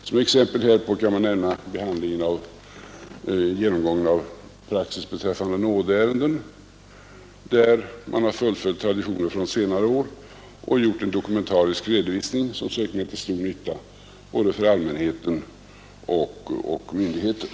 Som exempel härpå kan man nämna genomgången av praxis beträffande nådeärenden, där man har fullföljt traditioner från senare år och gjort en dokumentarisk redovisning, som säkerligen är till stor nytta både för allmänheten och för myndigheter.